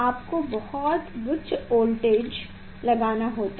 आपको बहुत उच्च वोल्टेज लगाना होगा